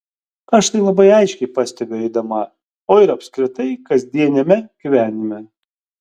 aš tai labai aiškiai pastebiu eidama o ir apskritai kasdieniame gyvenime